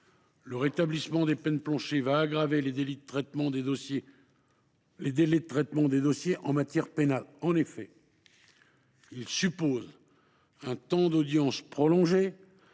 le rétablissement de peines planchers va aggraver les délais de traitement des dossiers en matière pénale. En effet, ce dispositif suppose un temps d’audience prolongé,